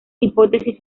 hipótesis